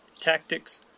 tactics